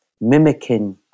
mimicking